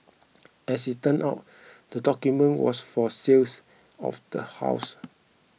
as it turned out the document was for sales of the house